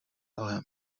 ale